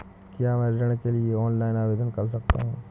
क्या मैं ऋण के लिए ऑनलाइन आवेदन कर सकता हूँ?